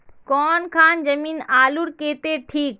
कौन खान जमीन आलूर केते ठिक?